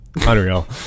Unreal